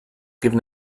given